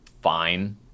fine